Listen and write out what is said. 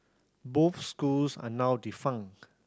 both schools are now defunct